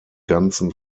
ganzen